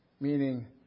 meaning